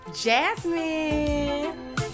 Jasmine